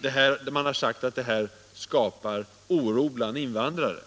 Det har också sagts att lagen skapar oro bland invandrare.